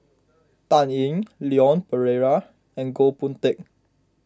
Dan Ying Leon Perera and Goh Boon Teck